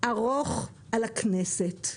ארוך על הכנסת.